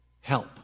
help